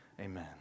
Amen